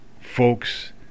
folks